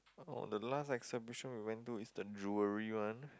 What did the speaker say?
oh the last exhibition I went to is the jewelry one